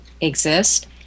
exist